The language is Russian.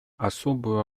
особую